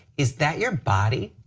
is that your body?